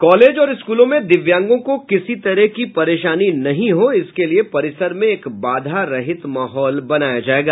college और स्कूलों में दिव्यांगों को किसी तरह का परेशानी नहीं हो इसके लिए परिसर में एक बाधारहित माहौल बनाया जायेगा